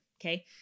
Okay